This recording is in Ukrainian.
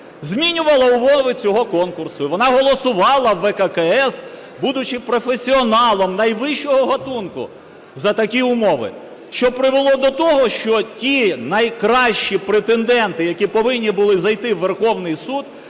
змінювала умови цього конкурсу. І вона голосувала у ВККС, будучи професіоналом найвищого ґатунку, за такі умови, що привело до того, що ті найкращі претенденти, які повинні були зайти у Верховний Суд,